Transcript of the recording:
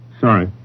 Sorry